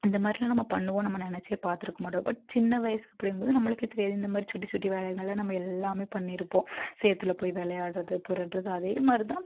இந்த மாதிரிலாம் நம்ம பண்ணுவோம் நம்ம நினச்சே பார்த்துருக்கமாட்டோம் பட் சின்ன வயசு அப்படிங்கும் போது நம்மளுக்கே தெரியாது இந்த மாதிரி சுட்டி சுட்டி வேலைகள்னால் நம்ம எல்லாம் பண்ணிருப்போம் சேற்றில் போய் விளையாட்றது புரள்றது அதே மாதிரி தான்